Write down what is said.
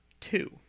two